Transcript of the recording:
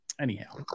Anyhow